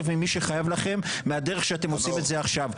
ממי שחייב לכם מהדרך שאתם עושים את זה עכשיו,